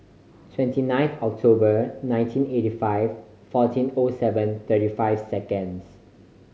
twenty nine October nineteen eighty five fourteen O seven thirty five seconds